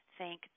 thank